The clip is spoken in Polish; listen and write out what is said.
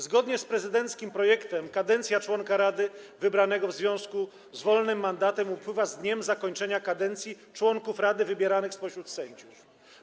Zgodnie z prezydenckim projektem kadencja członka rady wybranego w związku z wolnym mandatem upływa z dniem zakończenia kadencji członków rady wybieranych spośród sędziów.